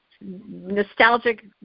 nostalgic